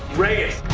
reyes!